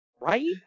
right